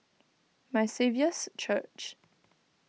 My Saviour's Church